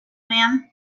man